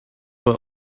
were